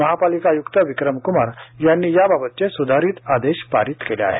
महापालिका आय्क्त विक्रम क्मार यांनी याबाबतचे सुधारीत आदेश पारित केले आहेत